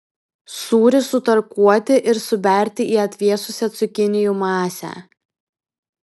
sūrį sutarkuoti ir suberti į atvėsusią cukinijų masę